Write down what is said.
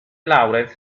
laurens